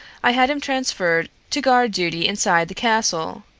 i had him transferred to guard duty inside the castle,